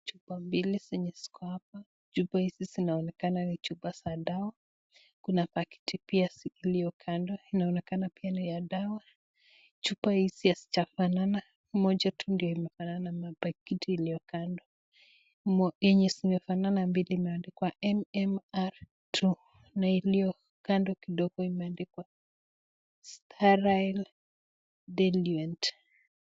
Chupa mbili zenye ziko hapa, chupa hizi zinaonekana ni chupa za dawa. Kuna pakiti pia zilizo kando inaonekana pia ni ya dawa. Chupa hizi hazijafanana , moja tu ndo imefanana na pakitu iliokando. Yenye zimefanana mbili , zimeandikwa M-M-R 11 na iliyo kando kidogo imeandikwa sterile deluent .